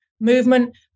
movement